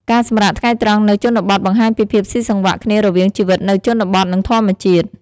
ការសម្រាកថ្ងៃត្រង់នៅជនបទបង្ហាញពីភាពសុីសង្វាក់គ្នារវាងជីវិតនៅជនបទ និងធម្មជាតិ។